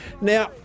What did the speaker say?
Now